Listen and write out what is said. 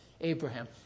Abraham